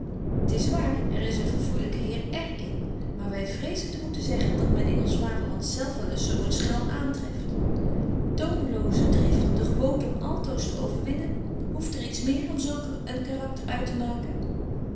t is waar er is een verfoeilyke heer r in maar wy vrezen te moeten zeggen dat men in ons vaderland zelf wel eens zo een schelm aantreft tomeloze drift de gewoonte om altoos te overwinnen hoeft er iets meer om zulk een karakter uittemaken